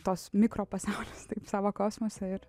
tas mikropasaulis taip savo kosmosą ir